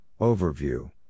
Overview